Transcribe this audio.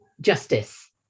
justice